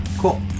Cool